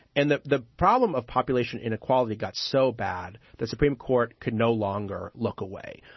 and the the problem of population inequality got so bad the supreme court could no longer look away.